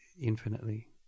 infinitely